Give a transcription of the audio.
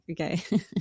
okay